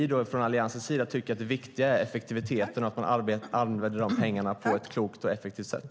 Från Alliansens sida tycker vi att det viktiga är effektiviteten, att man använder pengarna på ett klokt och effektivt sätt.